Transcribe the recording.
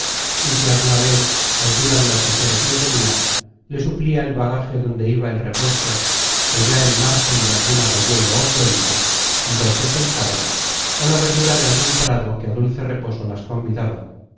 y si alguna vez alguna de las mujeres le tenia le suplia el bagaje donde iba el repuesto ó ya el márgen de algun arroyuelo ó fuente do se sentaban ó la verdura de algun prado que á dulce reposo las convidaba y